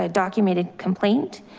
ah documented complaint.